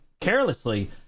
carelessly